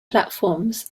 platforms